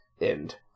end